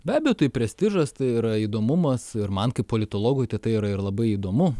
be abejo tai prestižas tai yra įdomumas ir man kaip politologui tai tai yra ir labai įdomu